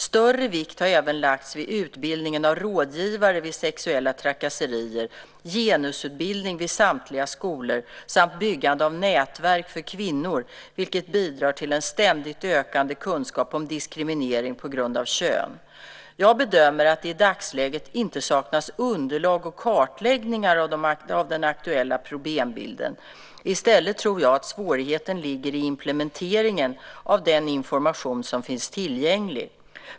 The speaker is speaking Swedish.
Större vikt har även lagts vid utbildningen av rådgivare vid sexuella trakasserier, genusutbildning vid samtliga skolor samt byggandet av nätverk för kvinnor, vilket bidrar till en ständigt ökande kunskap om diskriminering på grund av kön. Jag bedömer att det i dagsläget inte saknas underlag och kartläggningar av den aktuella problembilden. I stället tror jag att svårigheten ligger i implementeringen av den information som finns tillgänglig.